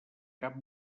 cap